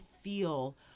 feel